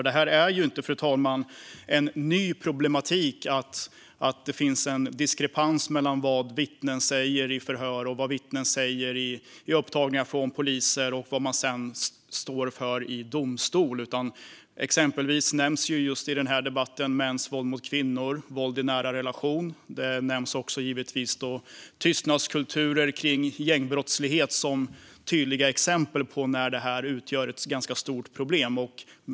Det är ju inte en ny problematik, fru talman, att det finns en diskrepans mellan vad vittnen säger i förhör och i upptagningar från poliser och vad de sedan står för i domstol. Exempelvis nämns i den här debatten mäns våld mot kvinnor, våld i nära relationer och givetvis också tystnadskultur kring gängbrottslighet som tydliga exempel på när det här utgör ett ganska stort problem.